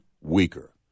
weaker